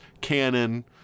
canon